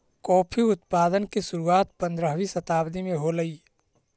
coffee उत्पादन की शुरुआत पंद्रहवी शताब्दी में होलई